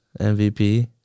MVP